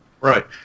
Right